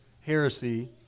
heresy